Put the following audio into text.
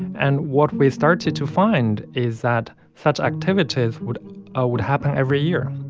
and what we started to find is that such activities would would happen every year,